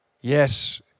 yes